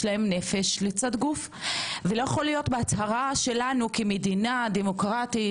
יש להם נפש לצד גוף ולא יכול להיות בהצהרה שלנו כמדינה דמוקרטית,